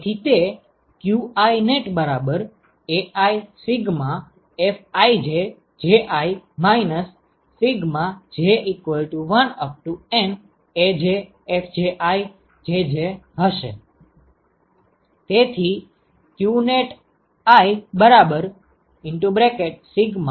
તેથી તે qinetAiFijJi J1N AjFjiJj હશે